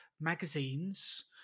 magazines